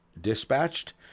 dispatched